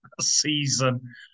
season